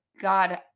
God